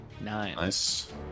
Nice